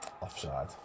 Offside